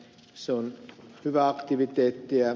se on hyvää aktiviteettia